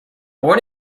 born